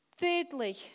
Thirdly